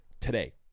today